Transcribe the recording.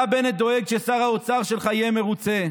אתה, בנט, דואג ששר האוצר שלך יהיה מרוצה.